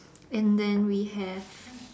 and then we have